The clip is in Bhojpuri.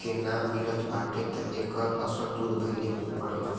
के ना मिलत बाटे त एकर असर दूध भइले पे पड़ेला